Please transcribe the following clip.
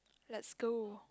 let's go